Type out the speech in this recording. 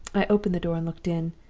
i opened the door and looked in.